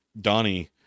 Donnie